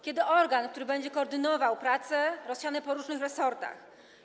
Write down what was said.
Kiedy będzie organ, który będzie koordynował prace rozsiane po różnych resortach?